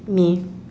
me